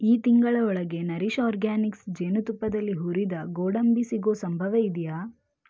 ಈ ತಿಂಗಳ ಒಳಗೆ ನರಿಷ್ ಆರ್ಗ್ಯಾನಿಕ್ಸ್ ಜೇನುತುಪ್ಪದಲ್ಲಿ ಹುರಿದ ಗೋಡಂಬಿ ಸಿಗೋ ಸಂಭವ ಇದೆಯಾ